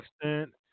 extent